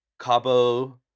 Cabo